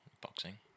boxing